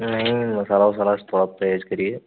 नहीं मसाला ओसाला से थोड़ा परहेज करिए